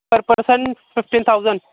per person fifteen thousand